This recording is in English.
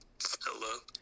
Hello